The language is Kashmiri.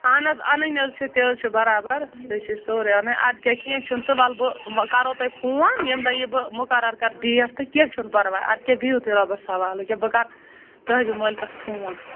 اہن حظ اَنٕنۍ حظ چھِ تہِ حظ چھُ برابر ژے چھِی سورُے اَنٕنۍ اَدٕ کیٛاہ کیٚنٛہہ چھُنہٕ تہٕ وَلہٕ بہٕ کَرہو تۄہہِ فون ییٚمہِ دۄہ یہِ بہٕ مُقَرَر کَرٕ ڈیٹ تہٕ کیٚنٛہہ چھُ نہٕ پَرواے اَدٕ کیٛاہ بِہِو تُہۍ رۄبَس حوال أکیٛاہ بہٕ کَرٕ صٲحبہٕ مٲلکَس فون